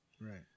Right